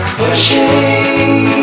pushing